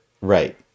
Right